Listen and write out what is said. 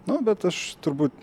na bet aš turbūt